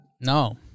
no